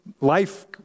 life